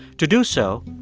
to do so,